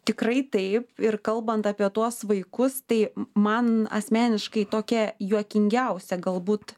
tikrai taip ir kalbant apie tuos vaikus tai man asmeniškai tokia juokingiausia galbūt